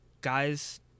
guys